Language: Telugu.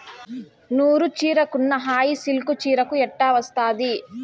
నూరు చీరకున్న హాయి సిల్కు చీరకు ఎట్టా వస్తాది